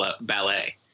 Ballet